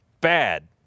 Bad